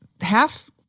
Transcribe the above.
half